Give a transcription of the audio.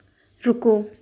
रुको